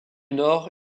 nord